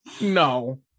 No